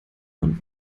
man